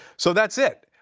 so that's it.